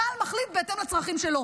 צה"ל מחליט בהתאם לצרכים שלו.